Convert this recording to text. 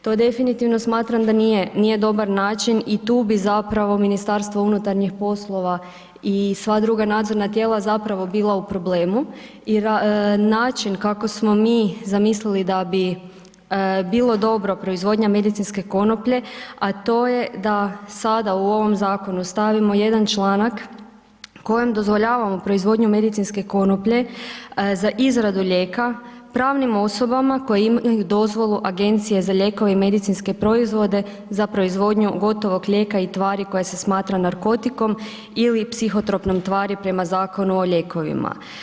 To definitivno smatram da nije dobar način i tu bi zapravo MUP i sva druga nadzorna tijela zapravo bila u problemu jer način kako smo mi zamislili da bi bilo dobro, proizvodnja medicinske konoplje, a to je da sada u ovom zakonu stavimo jedan članak kojim dozvoljavamo proizvodnju medicinske konoplje za izradu lijeka, pravnim osobama koje imaju dozvolu Agencije za lijekove i medicinske proizvode za proizvodnju gotovog lijeka i tvari koja se smatra narkotikom ili psihotropnom tvari prema Zakonu o lijekovima.